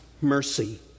mercy